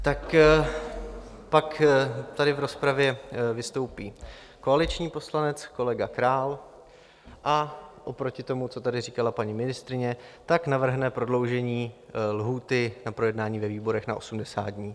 Tak pak tady v rozpravě vystoupí koaliční poslanec kolega Král a oproti tomu, co tady říkala paní ministryně, navrhne prodloužení lhůty na projednání ve výborech na 80 dní.